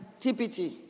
TPT